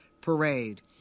parade